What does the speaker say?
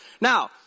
Now